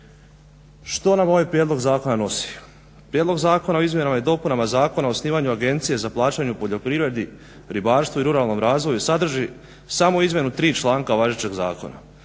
Što nam ovaj prijedlog zakona nosi? Prijedlog zakona o izmjenama i dopunama Zakona o osnivanju agencije za plaćanje u poljoprivredi, ribarstvu i ruralnom razvoju sadrži samo izmjenu tri članka važećeg zakona,